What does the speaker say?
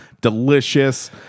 delicious